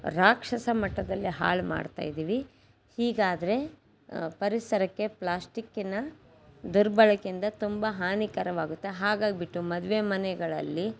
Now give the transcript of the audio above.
ರಾಕ್ಷಸ ಮಟ್ಟದಲ್ಲಿ ಹಾಳು ಮಾಡ್ತಾಯಿದ್ದೀವಿ ಹೀಗಾದರೆ ಪರಿಸರಕ್ಕೆ ಪ್ಲ್ಯಾಸ್ಟಿಕ್ಕಿನ ದುರ್ಬಳಕೆಯಿಂದ ತುಂಬ ಹಾನಿಕರವಾಗುತ್ತೆ ಹಾಗಾಗಿಬಿಟ್ಟು ಮದುವೆ ಮನೆಗಳಲ್ಲಿ